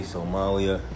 Somalia